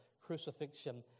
crucifixion